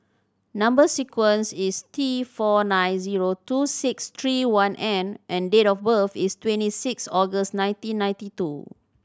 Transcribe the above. number sequence is T four nine zero two six three one N and date of birth is twenty six August nineteen ninety two